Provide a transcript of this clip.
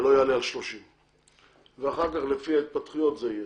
ולא יעלה על 30. אחר כך, לפי ההתפתחויות זה יהיה.